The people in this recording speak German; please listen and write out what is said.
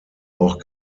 auch